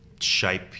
shape